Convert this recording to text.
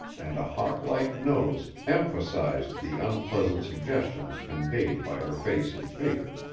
and a hawk-like nose emphasized the unpleasant suggestions conveyed by her face and figure.